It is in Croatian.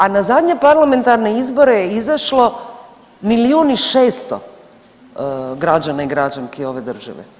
A na zadnje parlamentarne izbore je izašlo milijun i 600 građana i građanki ove države.